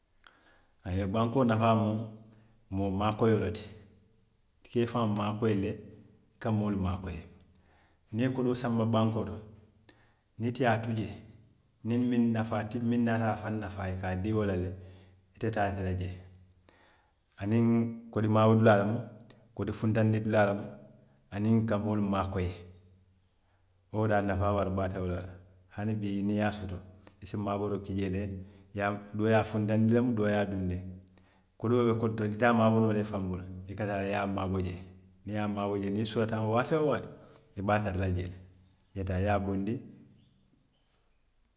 A ye bankoo nafaa mu moo maakoyoo le ti, i ka i faŋ maakoyi le, i ka moolu maakoyi niŋ i ye kodoo sanba bankoo to, niŋ ite ye a tu jee, niŋ miŋ nafaa ti miŋ naata a faŋ nafaa, i ka a dii wo la le, ite taa ye tara jee aniŋ kodi maabo dulaa lemu, kodi funtandi dulaa loŋ, aniŋ ka moolu maakoyi wo de a nafaa wara baata wo la le, hani bii niŋ i ye a soto, i si maabooroo i ye doo ye a funtandi lemu, doo ye a dunndi; kodi be kodi to, i te a maaboo noo la i faŋ bulu, i ka taa le i ye a maabo jee niŋ i ye a maabo jee, niŋ i soolata a la waati woo waati, i be a tara la jee le, i ye taa i ye a bondi